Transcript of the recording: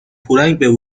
پورنگ